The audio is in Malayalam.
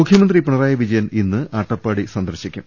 മുഖ്യമന്ത്രി പിണറായി വിജയൻ ഇന്ന് അട്ടപ്പാടി സന്ദർശിക്കും